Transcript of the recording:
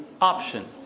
option